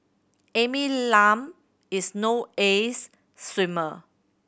Amy Lam is no ace swimmer